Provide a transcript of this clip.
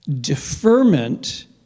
deferment